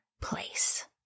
place